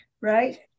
right